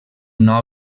una